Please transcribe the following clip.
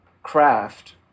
craft